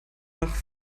nach